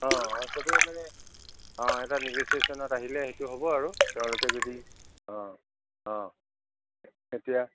অ' সবেই মানে অ' এটা নিৰ্দিষ্ট ডিচিশ্যনত আহিলে সেইটো হ'ব আৰু তেওঁলোকে যদি অ' অ' এতিয়া